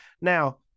Now